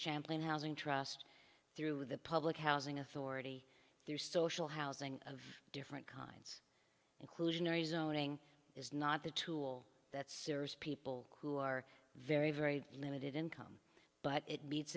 champlain housing trust through the public housing authority their social housing of different kinds inclusionary zoning is not the tool that serious people who are very very limited income but it meets